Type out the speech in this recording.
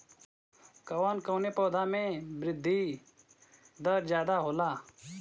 कवन कवने पौधा में वृद्धि दर ज्यादा होला?